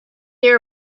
your